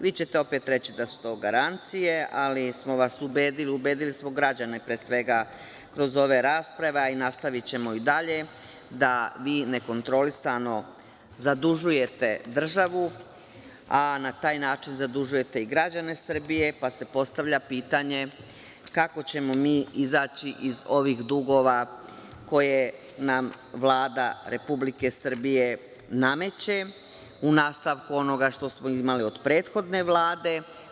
Vi ćete opet reći da su to garancije, ali smo vas ubedili, ubedili smo građane pre svega, kroz ove rasprave a nastavićemo i dalje, da vi nekontrolisano zadužujete državu a na taj način zadužujete i građane Srbije, pa se postavlja pitanje kako ćemo mi izaći iz ovih dugova koje nam Vlada Republike Srbije nameće, u nastavku onoga što smo imali od prethodne Vlade?